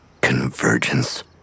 Convergence